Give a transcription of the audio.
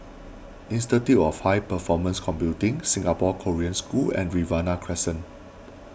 Institute of High Performance Computing Singapore Korean School and Riverina Crescent